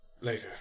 later